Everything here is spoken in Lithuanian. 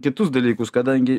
kitus dalykus kadangi